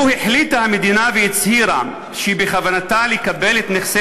לו החליטה המדינה והצהירה שבכוונתה לקבל את נכסי